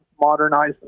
modernize